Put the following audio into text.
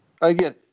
Again